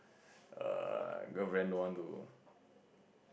err girlfriend don't want to